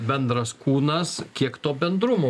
bendras kūnas kiek to bendrumo